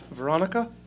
Veronica